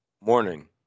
morning